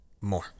More